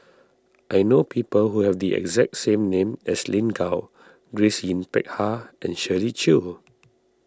I know people who have the exact same name as Lin Gao Grace Yin Peck Ha and Shirley Chew